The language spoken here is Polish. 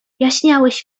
jaśniałeś